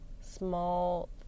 small